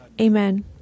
Amen